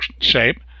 shape